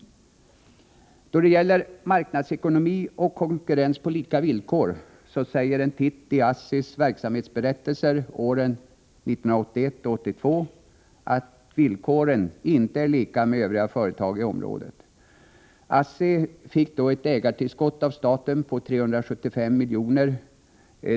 Då det gäller marknadsekonomi och konkurrens på lika villkor säger en titt i ASSI:s verksamhetsberättelser för åren 1981 och 1982, att villkoren inte är lika med övriga företag i området. ASSI fick då ett ägartillskott av staten på 375 miljoner.